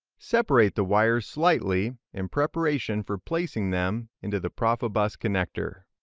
separate the wires slightly in preparation for placing them into the profibus connector.